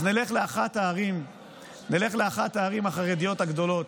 אז נלך לאחת הערים החרדיות הגדולות,